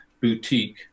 boutique